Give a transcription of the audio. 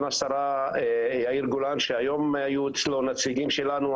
השרה יאיר גולן שהיום היו אצלו נציגים שלנו,